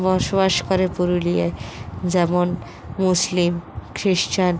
বসবাস করে পুরুলিয়ায় যেমন মুসলিম খ্রিস্টান